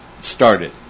started